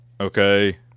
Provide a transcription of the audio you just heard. okay